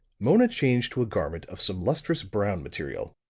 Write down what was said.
mona changed to a garment of some lustrous brown material,